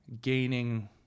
gaining